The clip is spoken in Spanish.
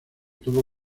tuvo